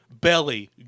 Belly